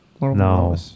No